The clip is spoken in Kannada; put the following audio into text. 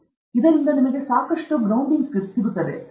ಮತ್ತು ಆದ್ದರಿಂದ ನೀವು ಸಾಕಷ್ಟು ಗ್ರೌಂಡಿಂಗ್ ಇರಬೇಕು